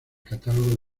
catálogo